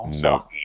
No